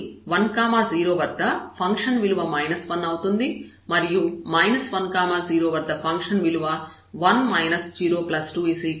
కాబట్టి 10 వద్ద ఫంక్షన్ విలువ 1 అవుతుంది మరియు 10 వద్ద ఫంక్షన్ విలువ 1 0 2 3 అవుతుంది